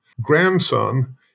grandson